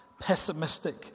pessimistic